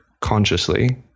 consciously